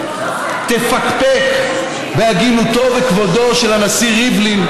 תפקפק בהגינותו ובכבודו של הנשיא ריבלין,